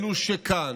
אלו שכאן